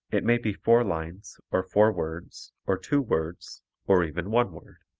it may be four lines or four words or two words or even one word.